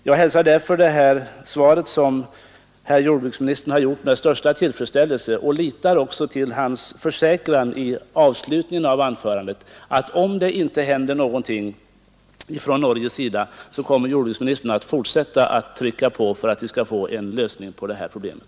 Jag hälsar därför det svar som herr jordbruksministern har gett med största tillfredsställelse, och jag litar också på hans försäkran i avslutningen av anförandet att han — om det inte händer någonting från Norges sida — kommer att fortsätta att trycka på för att vi skall få en lösning av det här problemet.